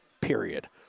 Period